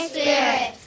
Spirit